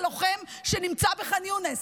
הלוחם שנמצא בח'אן יונס.